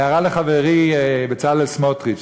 הערה לחברי בצלאל סמוטריץ,